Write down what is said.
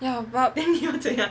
ya but